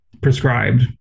prescribed